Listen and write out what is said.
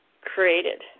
created